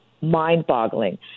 mind-boggling